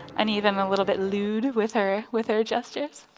and even a little bit lewd with her with her gestures.